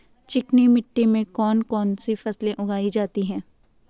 चिकनी मिट्टी में कौन कौन सी फसल उगाई जाती है?